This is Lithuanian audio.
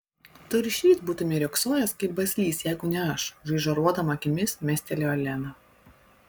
tu ir šįryt būtumei riogsojęs kaip baslys jeigu ne aš žaižaruodama akimis mestelėjo lena